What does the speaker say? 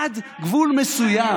עד גבול מסוים.